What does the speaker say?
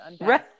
Right